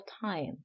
time